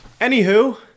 Anywho